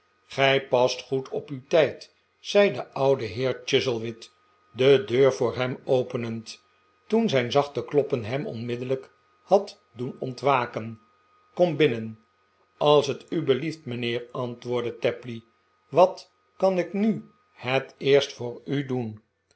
gij past goed op uw tijd zei de oude heer chuzzlewit de deur voor hem openend toen zijn zachte kloppen hem onmiddellijk had doen ontwaken kom binnen r als het u belieft mijnheer antwoordde tapley wat kan ik nu het eerst voor u doen